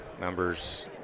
numbers